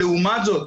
לעומת זאת,